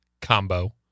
combo